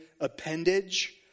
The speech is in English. appendage